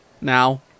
Now